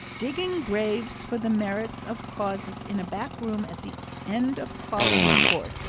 digging graves for the merits of causes in a back room at the end of quality court,